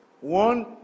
One